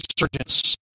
insurgents